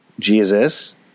jesus